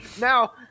now